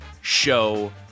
show